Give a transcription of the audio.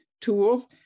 tools